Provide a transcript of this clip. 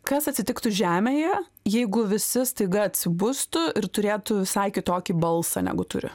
kas atsitiktų žemėje jeigu visi staiga atsibustų ir turėtų visai kitokį balsą negu turi